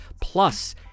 plus